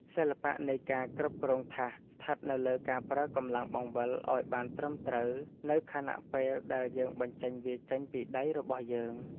សិល្បៈនៃការគ្រប់គ្រងថាសស្ថិតនៅលើការប្រើកម្លាំងបង្វិលឱ្យបានត្រឹមត្រូវនៅខណៈពេលដែលយើងបញ្ចេញវាចេញពីដៃរបស់យើង។